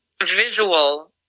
visual